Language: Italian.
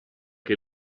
che